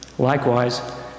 Likewise